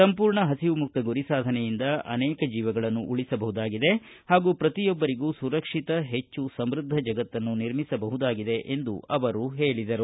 ಸಂಪೂರ್ಣ ಹಸಿವು ಮುಕ್ತ ಗುರಿ ಸಾಧನೆಯಿಂದ ಅನೇಕ ಜೀವಗಳನ್ನು ಉಳಿಸಬಹುದಾಗಿದೆ ಹಾಗೂ ಪ್ರತಿಯೊಬ್ಬರಿಗೂ ಸುರಕ್ಷಿತ ಹೆಚ್ಚು ಸಮೃದ್ದ ಜಗತ್ತನ್ನು ನಿರ್ಮಿಸಬಹುದಾಗಿದೆ ಎಂದು ಅವರು ಹೇಳಿದರು